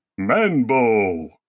manbo